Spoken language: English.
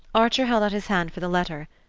archer held out his hand for the letter.